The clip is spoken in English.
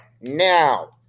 Now